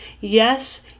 Yes